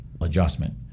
adjustment